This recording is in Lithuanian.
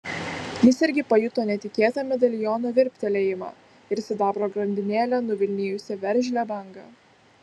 jis irgi pajuto netikėtą medaliono virptelėjimą ir sidabro grandinėle nuvilnijusią veržlią bangą